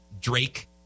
Drake